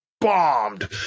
bombed